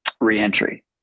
reentry